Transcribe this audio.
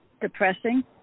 depressing